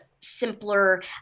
simpler